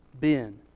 Ben